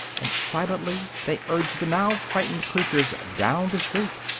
and silently they urged the now frightened creatures down the street.